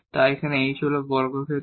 তাই এখানে h হল বর্গক্ষেত্র